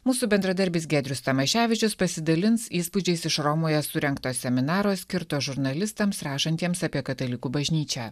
mūsų bendradarbis giedrius tamaševičius pasidalins įspūdžiais iš romoje surengto seminaro skirto žurnalistams rašantiems apie katalikų bažnyčia